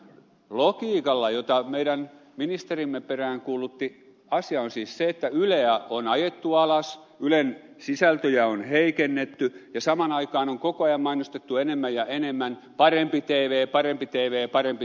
logiikalla jota meidän ministerimme peräänkuulutti asia on siis se että yleä on ajettu alas ylen sisältöjä on heikennetty ja samaan aikaan on koko ajan mainostettu enemmän ja enemmän parempi tv parempi tv parempi tv